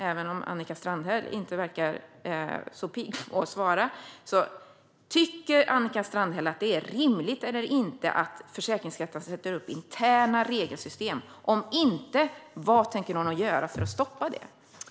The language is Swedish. Även om Annika Strandhäll inte verkar så pigg på att svara ställer jag den igen: Tycker Annika Strandhäll att det är rimligt eller inte att Försäkringskassan sätter upp interna regelsystem? Om inte, vad tänker hon göra för att stoppa detta?